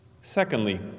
Secondly